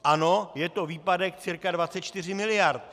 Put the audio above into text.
Ano, je to výpadek cca 24 mld.